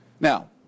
Now